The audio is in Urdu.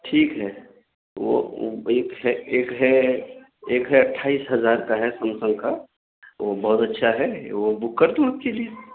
ٹھیک ہے وہ ایک ہے ایک ہے ایک ہے اٹھائیس ہزار کا ہے سمسنگ کا وہ بہت اچھا ہے وہ بک کر دوں آپ کے لیے